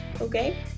okay